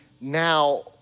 now